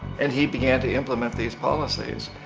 and he began to implement these policies.